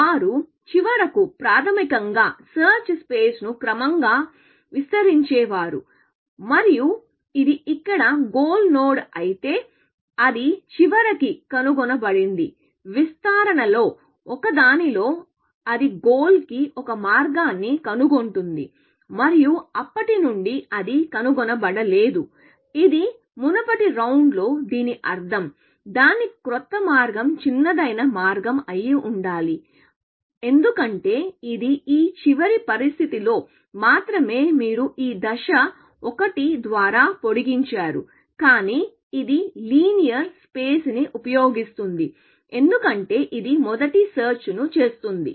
వారు చివరకు ప్రాథమికంగా సెర్చ్ స్పేస్ ని క్రమంగా విస్తరించేవారు మరియు ఇది ఇక్కడ గోల్ నోడ్ అయితే అది చివరికి కనుగొనబడింది విస్తరణలలో ఒకదానిలో అది గోల్ కి ఒక మార్గాన్ని కనుగొంటుంది మరియు అప్పటి నుండి అది కనుగొనబడలేదు ఇది మునుపటి రౌండ్లో దీని అర్థం దాని క్రొత్త మార్గం చిన్నదైన మార్గం అయి ఉండాలి ఎందుకంటే ఇది ఈ చివరి పరిస్థితిలో మాత్రమే మీరు ఈ దశను 1 ద్వారా పొడిగించారు కానీ ఇది లినియర్ స్పేస్ ని ఉపయోగిస్తుంది ఎందుకంటే ఇది మొదటి సెర్చ్ ను చేస్తుంది